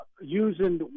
using